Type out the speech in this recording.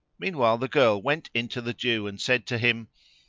meanwhile the girl went in to the jew and said to him,